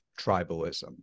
tribalism